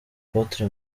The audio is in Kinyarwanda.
apotre